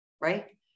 right